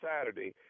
Saturday